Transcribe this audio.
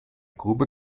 grube